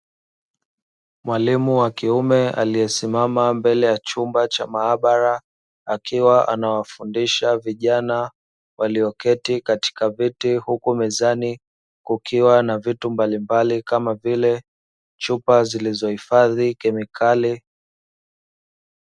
Mwalimu wa kiume aliyesimama mbele ya chumba cha maabara, akiwa anawafundisha vijana walioketi katika viti. Huku mezani kukiwa na vitu mbalimbali, kama vile chupa zilizohifadhi kemikali.